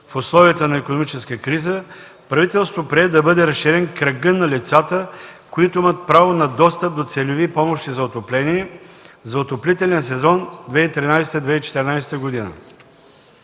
в условията на икономическа криза правителството прие да бъде разширен кръгът на лицата, които имат право на достъп до целеви помощи за отопление за отоплителен сезон 2013-2014 г.